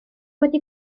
wedi